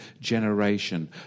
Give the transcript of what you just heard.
generation